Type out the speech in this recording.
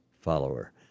follower